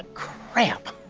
crap.